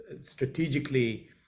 strategically